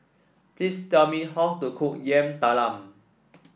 please tell me how to cook Yam Talam